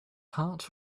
heart